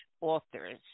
authors